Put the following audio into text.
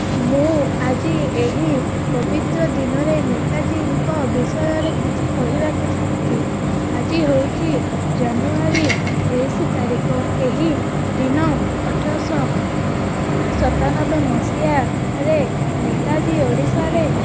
ମୁଁ ଆଜି ଏହି ପବିତ୍ର ଦିନରେ ନେତାଜୀଙ୍କ ବିଷୟରେ କିଛି କହିବାକୁ ଚାହୁଁଛି ଆଜି ହେଉଛି ଜାନୁଆରୀ ତେଇଶି ତାରିଖ ଏହି ଦିନ ଅଠରଶହ ସତାନବେ ମସିହାରେ ନେତାଜୀ ଓଡ଼ିଶାରେ